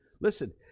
Listen